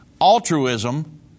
altruism